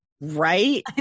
Right